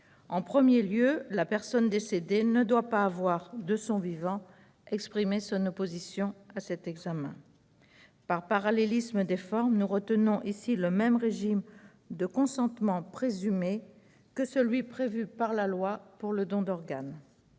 En premier lieu, la personne décédée ne doit pas avoir, de son vivant, exprimé son opposition à cet examen. Par parallélisme des formes, nous retenons ici le même régime de consentement présumé que celui qui est prévu par la loi pour le don d'organes.